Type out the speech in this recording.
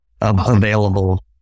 available